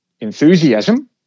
enthusiasm